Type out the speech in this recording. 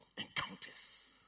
Encounters